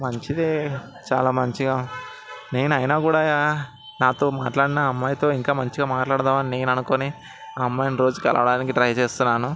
మంచిదే చాలా మంచిగా నేను అయినా కూడా నాతో మాట్లాడిన అమ్మాయితో ఇంకా మంచిగా మాట్లాడదామని నేను అనుకుని ఆ అమ్మాయిని రోజు కలవడానికి ట్రై చేస్తున్నాను